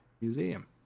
museum